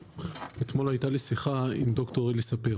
אתמול הייתה לי שיחה עם ד"ר אלי ספיר.